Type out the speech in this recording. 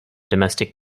domestic